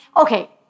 okay